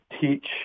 teach